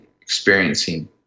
experiencing